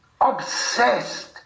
obsessed